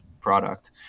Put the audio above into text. product